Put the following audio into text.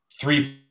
three